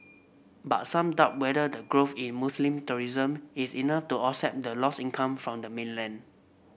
but some doubt whether the growth in Muslim tourism is enough to offset the lost income from the mainland